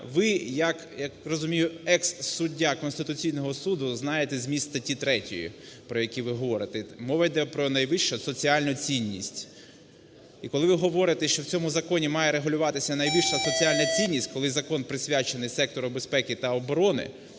Ви, як я розумію, як екс-суддя Конституційного Суду знаєте зміст статті 3, про яку ви говорите. Мова йде про найвищу соціальну цінність. І коли ви говорите, що в цьому законі має регулюватися найбільша соціальна цінність, коли закон присвячений сектору безпеки та оборони,